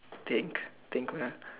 think think man